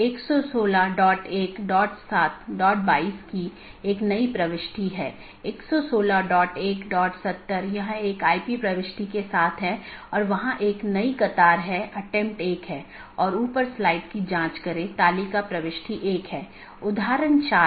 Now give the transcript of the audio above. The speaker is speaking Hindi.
यह फीचर BGP साथियों को एक ही विज्ञापन में कई सन्निहित रूटिंग प्रविष्टियों को समेकित करने की अनुमति देता है और यह BGP की स्केलेबिलिटी को बड़े नेटवर्क तक बढ़ाता है